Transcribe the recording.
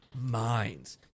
minds